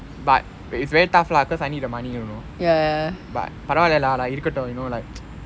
but it's very tough lah cause I need the money you know but பரவால்ல:paravaale lah இருக்கட்டும்:irukattum you know like